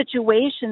situations